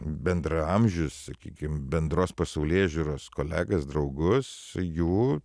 bendraamžius sakykim bendros pasaulėžiūros kolegas draugus jų